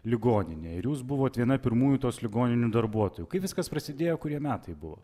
ligoninė ir jūs buvot viena pirmųjų tos ligoninių darbuotojų kaip viskas prasidėjo kurie metai buvo